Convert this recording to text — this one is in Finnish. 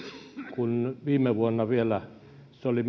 kun vielä viime vuonna se oli